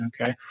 Okay